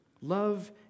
Love